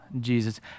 jesus